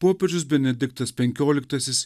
popiežius benediktas penkioliktasis